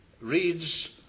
reads